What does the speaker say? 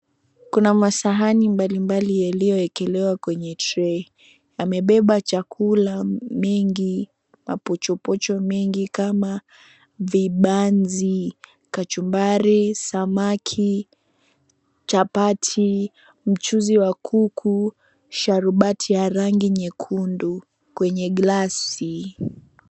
Kuna masahani mbalimbali yaliyowekelewa kwenye trey , yamebeba chakula mingi, mapochopocho mingi kama vibanzi, kachumbari, samaki, chapati, mchuzi wa kuku, sharubati ya rangi nyekundu kwenye glasi.